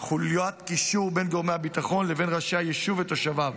חוליות גישור בין גורמי הביטחון לבין ראשי היישוב ותושביו.